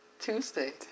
Tuesday